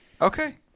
Okay